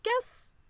guess